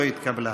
לא התקבלה.